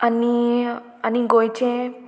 आनी आनी गोंयचे